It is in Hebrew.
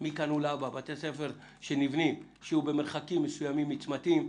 שמכאן ולהבא בתי ספר שנבנים יהיו במרחקים מסוימים מצמתים,